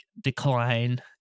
decline